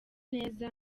neza